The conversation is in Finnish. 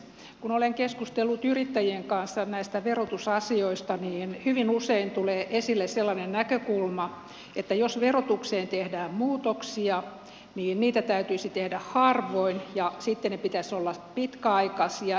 kun olen keskustellut yrittäjien kanssa näistä verotusasioista niin hyvin usein tulee esille sellainen näkökulma että jos verotukseen tehdään muutoksia niin niitä täytyisi tehdä harvoin ja sitten niiden pitäisi olla pitkäaikaisia ennakoitavia